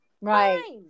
right